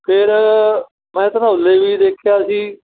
ਫਿਰ ਮੈਂ ਧਨੌਲੇ ਵੀ ਦੇਖਿਆ ਸੀ